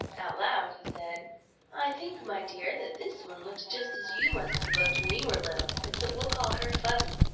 aloud he said i think, my dear, that this one looks just as you must have looked when you were little, and so we'll call her fuzzy.